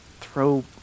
throw